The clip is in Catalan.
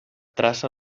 traça